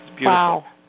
Wow